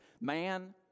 man